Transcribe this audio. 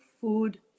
food